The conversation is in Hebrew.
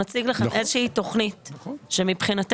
בוודאי שגם להכניס שינויים.